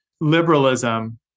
liberalism